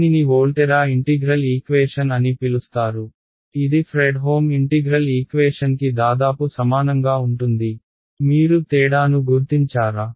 దీనిని Volterra integral equation అని పిలుస్తారు ఇది ఫ్రెడ్హోమ్ ఇంటిగ్రల్ ఈక్వేషన్కి దాదాపు సమానంగా ఉంటుంది మీరు తేడాను గుర్తించారా